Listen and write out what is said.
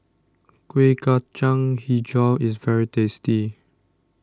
Kueh Kacang HiJau is very tasty